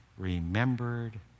Remembered